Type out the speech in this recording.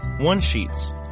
one-sheets